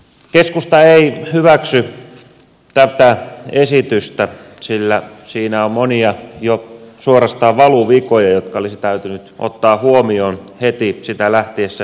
keskusta ei hyväksy tätä esitystä sillä siinä on monia jo suorastaan valuvikoja jotka olisi täytynyt ottaa huomioon heti sitä suunnittelemaan lähtiessä